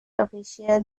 official